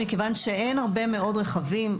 מכיוון שאין הרבה מאוד רכבים,